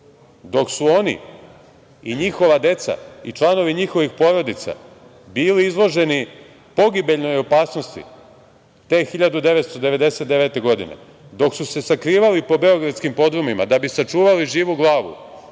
dok su oni i njihova deca i članovi njihovih porodica bili izloženi pogibljenoj opasnosti te 1999. godine, dok su se sakrivali po beogradskim podrumima da bi sačuvali živu glavu